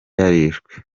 yarishwe